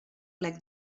plec